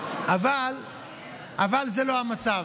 אבל זה לא המצב,